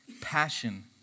passion